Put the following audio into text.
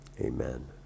amen